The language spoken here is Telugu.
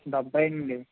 డెభై ఎనిమిది